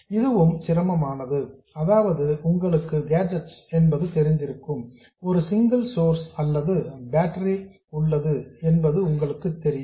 இதுவும் சிரமமானது அதாவது உங்களுக்கு கேட்ஜெட்ஸ் என்பது தெரிந்திருக்கும் ஒரு சிங்கிள் சோர்ஸ் அல்லது பேட்டரி உள்ளது என்பது உங்களுக்குத் தெரியும்